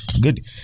Good